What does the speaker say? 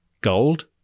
Gold